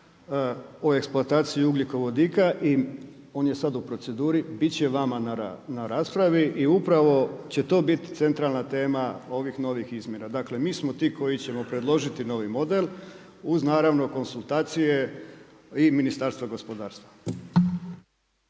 o eksploataciji ugljikovodika i on je sad u proceduri i biti će vama na raspravi. I upravo će to biti centralan tema ovih novih izmjena. Dakle, mi smo ti koji ćemo preložiti novi model, uz naravno konzultacija i Ministarstva gospodarstva.